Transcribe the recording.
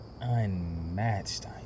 unmatched